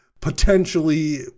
potentially